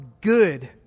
good